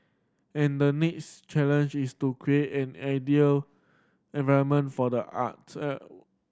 and the next challenge is to create an ideal environment for the art